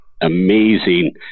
amazing